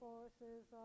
forces